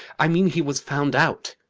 i mean he was found out!